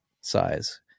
size